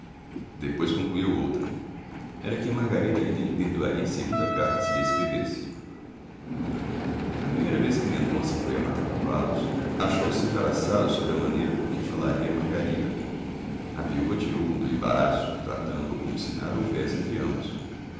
depois concluiu outra era que margarida ainda lhe perdoaria segunda carta se lha escrevesse a primeira vez que mendonça foi a mata cavalos achou-se embaraçado sobre a maneira por que falaria a margarida a viúva tirou-o do embaraço tratando o como se nada houvesse entre ambos